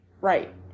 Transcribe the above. right